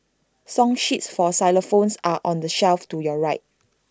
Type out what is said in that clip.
song sheets for xylophones are on the shelf to your right